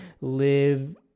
live